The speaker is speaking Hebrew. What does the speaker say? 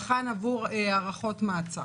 בחן עבור הארכות מעצר.